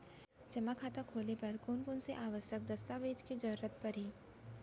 जेमा खाता खोले बर कोन कोन से आवश्यक दस्तावेज के जरूरत परही?